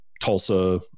Tulsa